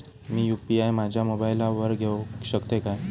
मी UPI माझ्या मोबाईलावर घेवक शकतय काय?